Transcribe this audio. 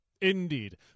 Indeed